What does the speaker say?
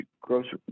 grocery